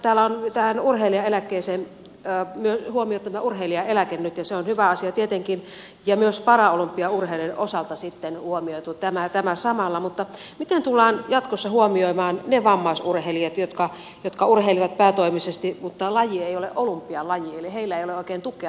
täällä on huomioitu tämä urheilijaeläke nyt ja se on tietenkin hyvä asia ja tämä on samalla huomioitu myös paralympia urheilijoiden osalta mutta miten tullaan jatkossa huomioimaan ne vammaisurheilijat jotka urheilevat päätoimisesti mutta laji ei ole olympialaji eli heillä ei ole oikein tukea tähän